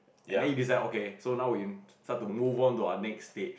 and then you decide okay so now we start to move on to our next state